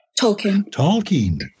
Tolkien